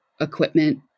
equipment